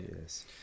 yes